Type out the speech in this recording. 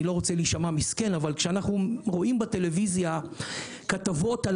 לא רוצה להישמע מסכם אבל כשאנחנו רואים בטלוויזיה כתבות על